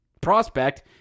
prospect